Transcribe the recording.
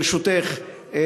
ברשותך,